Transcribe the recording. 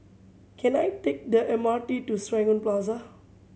can I take the M R T to Serangoon Plaza